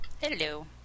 Hello